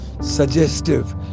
suggestive